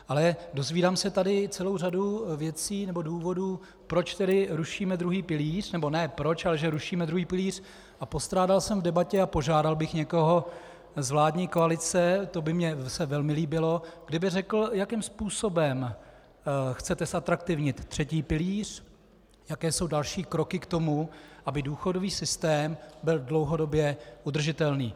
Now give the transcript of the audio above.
Ale dozvídám se tady celou řadu věcí nebo důvodů, proč tedy rušíme druhý pilíř, nebo ne proč, ale že rušíme druhý pilíř, a postrádal jsem v debatě, a požádal bych někoho z vládní koalice, to by mně se velmi líbilo, kdyby řekl, jakým způsobem chcete zatraktivnit třetí pilíř, jaké jsou další kroky k tomu, aby důchodový systém byl dlouhodobě udržitelný.